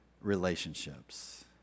relationships